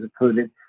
included